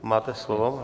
Máte slovo.